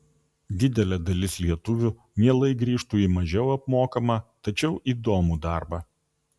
didelė dalis lietuvių mielai grįžtų į mažiau apmokamą tačiau įdomų darbą